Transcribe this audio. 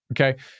okay